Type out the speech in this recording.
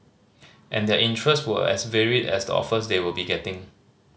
and their interest were as varied as the offers they will be getting